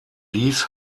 dies